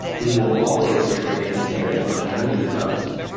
we will always create a container image underneath the covers.